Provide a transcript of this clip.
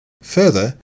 Further